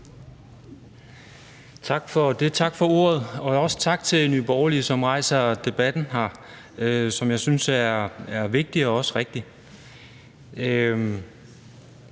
Tak for ordet, og også tak til Nye Borgerlige, som rejser debatten her, som jeg synes er vigtig og også rigtig.